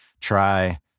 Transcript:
try